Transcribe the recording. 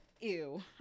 ew